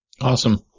Awesome